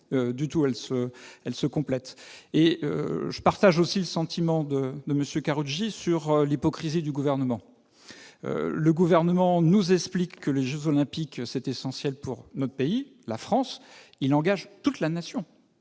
elle se elle se complètent et je partage aussi le sentiment de monsieur Karoutchi sur l'hypocrisie du gouvernement le gouvernement nous explique que les Jeux olympiques, c'est essentiel pour notre pays la France, il engage toute la nation,